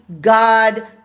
god